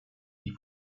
die